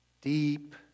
deep